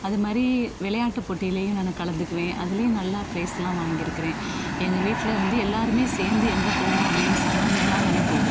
அது மாதிரி விளையாட்டுப் போட்டிலேயும் நான் கலந்துக்குவேன் அதுலேயும் நல்லா ப்ரைஸ்லாம் வாங்கிருக்கிறேன் எங்கள் வீட்டில் வந்து எல்லோருமே சேர்ந்து எங்கே போவோம் அப்படின்னு சொன்னால் வேளாங்கண்ணி போவோம்